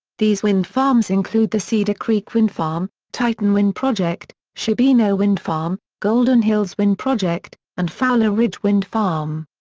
these wind farms include the cedar creek wind farm, titan wind project, sherbino wind farm, golden hills wind project, and fowler ridge wind farm.